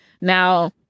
Now